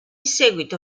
seguito